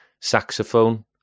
saxophone